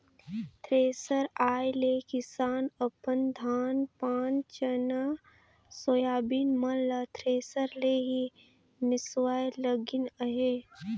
thresher आए ले किसान अपन धान पान चना, सोयाबीन मन ल थरेसर ले ही मिसवाए लगिन अहे